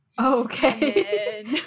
Okay